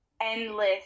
endless